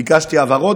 ביקשתי הבהרות.